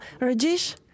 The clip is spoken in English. Rajesh